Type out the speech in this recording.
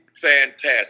fantastic